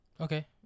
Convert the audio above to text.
Okay